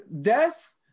death